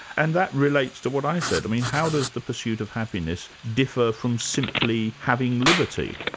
and that relates to what i said, i mean, how does the pursuit of happiness differ from simply having liberty?